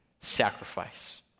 sacrifice